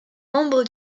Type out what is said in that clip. membre